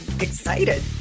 excited